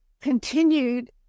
continued